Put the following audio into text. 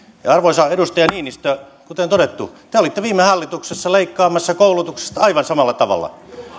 arvoisa edustaja niinistö kuten todettu te olitte viime hallituksessa leikkaamassa koulutuksesta aivan samalla tavalla